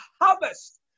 harvest